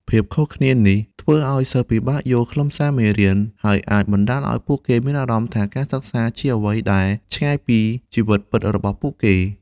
ភាពខុសគ្នានេះធ្វើឱ្យសិស្សពិបាកយល់ខ្លឹមសារមេរៀន ហើយអាចបណ្ដាលឱ្យពួកគេមានអារម្មណ៍ថាការសិក្សាជាអ្វីដែលឆ្ងាយពីជីវិតពិតរបស់ពួកគេ។